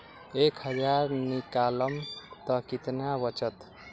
एक हज़ार निकालम त कितना वचत?